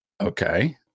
Okay